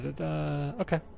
Okay